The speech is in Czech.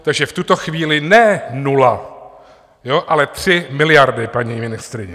Takže v tuto chvíli ne nula, ale tři miliardy, paní ministryně.